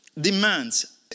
demands